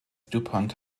dupont